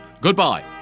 goodbye